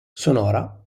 sonora